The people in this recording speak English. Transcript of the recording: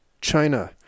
China